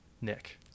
Nick